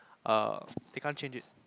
err they can't change it